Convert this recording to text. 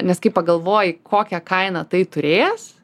nes kai pagalvoji kokią kainą tai turės